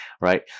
right